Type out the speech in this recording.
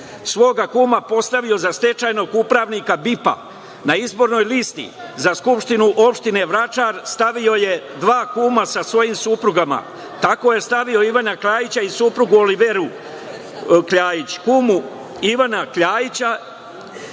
Svoga kuma je postavio za stečajnog upravnika BIP-a. Na izbornoj listi za Skupštinu opštine Vračar, stavio je dva kuma sa svojim suprugama. Tako je stavio Ivana Kljajića i suprugu Oliveru Kljajić, kumu Ivana Kljajića,